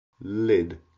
lid